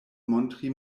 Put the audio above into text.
montri